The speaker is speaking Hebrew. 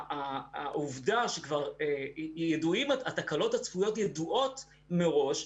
העובדה שכבר התקלות הצפויות ידועות מראש,